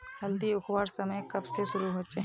हल्दी उखरवार समय कब से शुरू होचए?